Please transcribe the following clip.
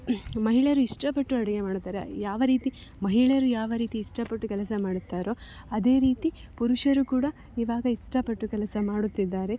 ಮಹಿಳೆಯರು ಇಷ್ಟಪಟ್ಟು ಅಡುಗೆ ಮಾಡುತ್ತಾರೆ ಯಾವ ರೀತಿ ಮಹಿಳೆಯರು ಯಾವ ರೀತಿ ಇಷ್ಟಪಟ್ಟು ಕೆಲಸ ಮಾಡುತ್ತಾರೋ ಅದೇ ರೀತಿ ಪುರುಷರು ಕೂಡ ಇವಾಗ ಇಷ್ಟಪಟ್ಟು ಕೆಲಸ ಮಾಡುತ್ತಿದ್ದಾರೆ